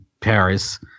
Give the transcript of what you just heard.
Paris